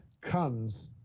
comes